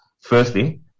firstly